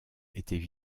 étaient